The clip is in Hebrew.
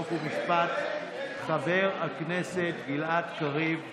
חוק ומשפט חבר הכנסת גלעד קריב.